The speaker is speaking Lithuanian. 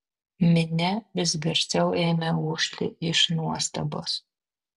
minia vis garsiau ėmė ūžti iš nuostabos